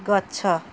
ଗଛ